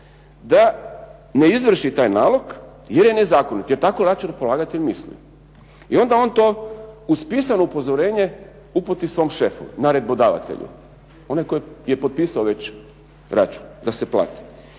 da ne izvrši taj nalog jer je nezakonit, jer tako računopolagatelj misli. I onda on to uz pisano upozorenje uputi svom šefu naredbodavatelju, onaj tko je potpisao već račun da se plati.